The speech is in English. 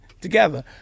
together